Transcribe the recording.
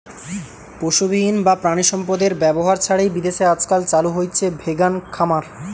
পশুবিহীন বা প্রাণিসম্পদএর ব্যবহার ছাড়াই বিদেশে আজকাল চালু হইচে ভেগান খামার